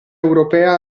europea